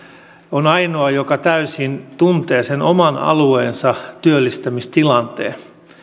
on ainoa joka täysin tuntee sen oman alueensa työllistämistilanteen ja